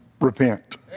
repent